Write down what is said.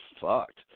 fucked